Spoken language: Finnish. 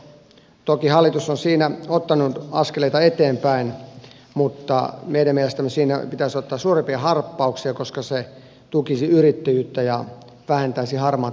toki hallitus on siinä ottanut askeleita eteenpäin mutta meidän mielestämme siinä pitäisi ottaa suurempia harppauksia koska se tukisi yrittäjyyttä ja vähentäisi harmaata taloutta